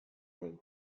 behin